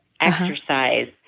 exercise